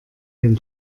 den